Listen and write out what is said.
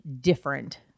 different